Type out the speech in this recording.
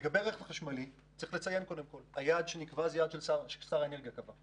לגבי רכב חשמלי חשוב לציין שהיעד שנקבע הוא יעד ששר האנרגיה קבע.